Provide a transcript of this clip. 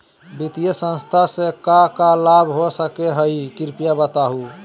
वित्तीय संस्था से का का लाभ हो सके हई कृपया बताहू?